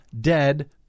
dead